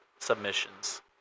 Submissions